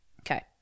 okay